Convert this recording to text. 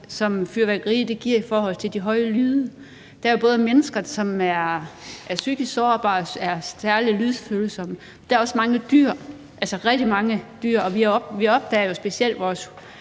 som fyrværkeri giver i forhold til de høje lyde. Der er både mennesker, som er psykisk sårbare og særlig lydfølsomme, og det gælder også mange dyr, altså rigtig mange dyr, og vi opdager det jo specielt i